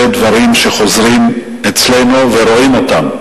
אלה דברים שחוזרים אצלנו ורואים אותם.